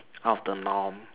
out of the norm